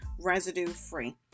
residue-free